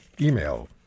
email